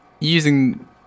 using